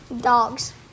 Dogs